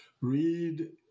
read